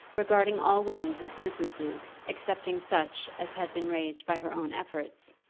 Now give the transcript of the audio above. regarding all winds as nuisances excepting such as had been raised by her own efforts,